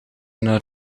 naar